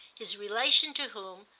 his relation to whom,